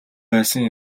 байсан